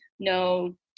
No